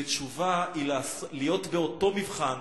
ותשובה היא להיות באותו מבחן,